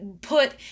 put